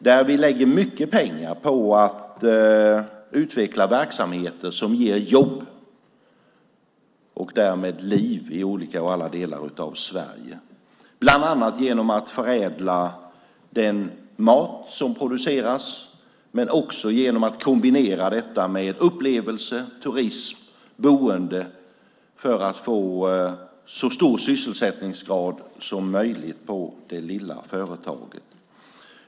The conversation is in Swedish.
Där lägger vi mycket pengar på att utveckla verksamheter som ger jobb och därmed liv i olika och alla delar av Sverige, bland annat genom att förädla den mat som produceras men också genom att kombinera detta med upplevelser, turism och boende för att få så hög sysselsättningsgrad som möjligt för det lilla företaget.